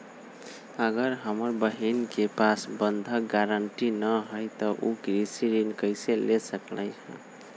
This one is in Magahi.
अगर हमर बहिन के पास बंधक गरान्टी न हई त उ कृषि ऋण कईसे ले सकलई ह?